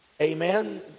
Amen